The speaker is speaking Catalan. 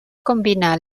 combinar